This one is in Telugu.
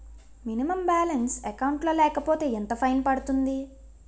మినిమం బాలన్స్ అకౌంట్ లో లేకపోతే ఎంత ఫైన్ పడుతుంది?